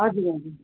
हजुर हजुर